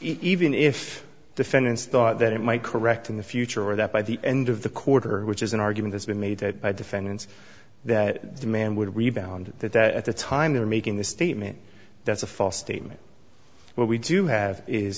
even if defendants thought that it might correct in the future or that by the end of the quarter which is an argument has been made that defendants that demand would rebound that at the time they are making the statement that's a false statement what we do have is